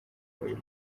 uyu